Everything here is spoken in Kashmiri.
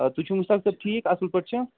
تُہۍ چھُو مُشتاق صٲب ٹھیٖک اَصٕل پٲٹھۍ چھِو